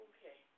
Okay